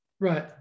Right